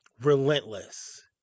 relentless